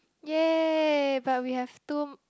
yay but we have two